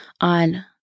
on